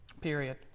Period